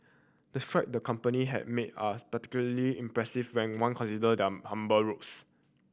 the stride the company had made are particularly impressive when one consider their humble roots